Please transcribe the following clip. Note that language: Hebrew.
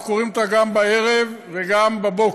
אנחנו קוראים אותה גם בערב וגם בבוקר,